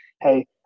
hey